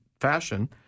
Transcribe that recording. fashion